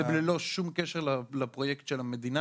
זה בלי שום קשר לפרויקט של המדינה.